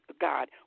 God